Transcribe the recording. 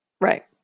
Right